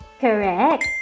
Correct